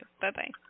Bye-bye